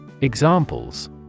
Examples